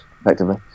effectively